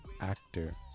actor